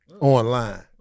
online